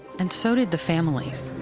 and so did the families.